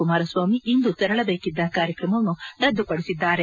ಕುಮಾರಸ್ವಾಮಿ ಇಂದು ತೆರಳಬೇಕಿದ್ದ ಕಾರ್ಯಕ್ರಮವನ್ನು ರದ್ದು ಪಡಿಸಿದ್ದಾರೆ